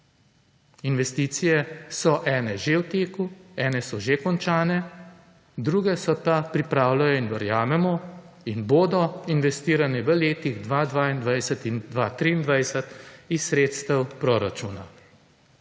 investicije so ene že v teku, ene so že končane, druge se pa pripravljajo in verjamemo in bodo investirane v letih 2022 in 2023 iz sredstev proračuna.